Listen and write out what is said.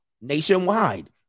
nationwide